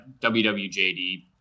WWJD